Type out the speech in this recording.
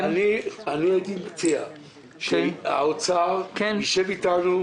הייתי מציע שמשרד האוצר ישב איתנו,